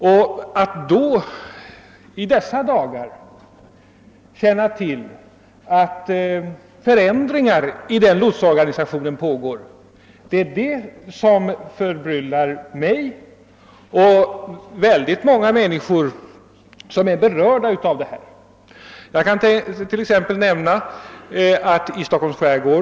Vetskapen om att det för närvarande sker förändringar i lotsorganisationen förbryllar därför mig och många människor som är berörda härav. Jag kan nämna att så exempelvis är fallet med Dalarö lotsstation i Stockholms skärgård.